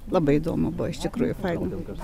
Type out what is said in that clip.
labai įdomu buvo iš tikrųjų faina dabar